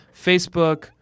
Facebook